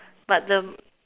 but the